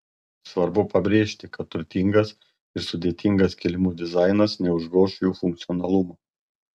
svarbu pabrėžti kad turtingas ir sudėtingas kilimų dizainas neužgoš jų funkcionalumo